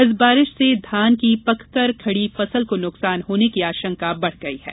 इस बारिश से धान की पककर खड़ी फसल को नुकसान होने की आशंका बढ़ गई है